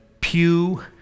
Pew